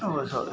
अब ऐसा